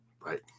Right